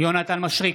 יונתן מישרקי,